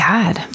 God